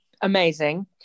amazing